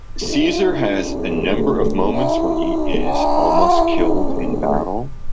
caesar has a number of moments when he is almost killed in battle,